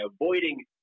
avoiding